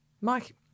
Mike